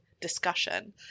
discussion